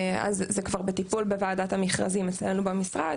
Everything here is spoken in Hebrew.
זה כבר בטיפול בוועדת המכרזים אצלנו במשרד